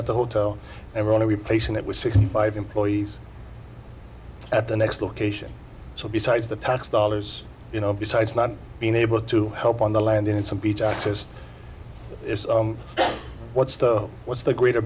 at the hotel and we want to replace and it was sixty five employees at the next location so besides the tax dollars you know besides not being able to help on the land in some beach access what's the what's the greater